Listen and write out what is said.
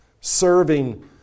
serving